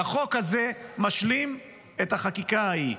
והחוק הזה משלים את החקיקה ההיא,